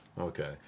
Okay